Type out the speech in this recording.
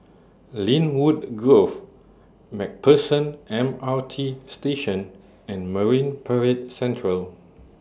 Lynwood Grove MacPherson M R T Station and Marine Parade Central